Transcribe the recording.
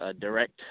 direct